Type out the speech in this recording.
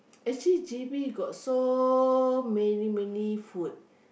actually J_B got so many many food